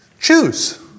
Choose